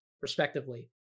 respectively